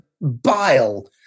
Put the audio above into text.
bile